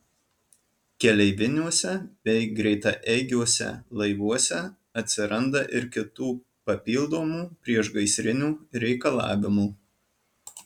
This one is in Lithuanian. keleiviniuose bei greitaeigiuose laivuose atsiranda ir kitų papildomų priešgaisrinių reikalavimų